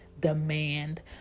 demand